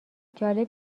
جالب